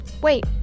Wait